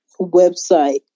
website